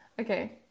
Okay